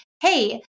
hey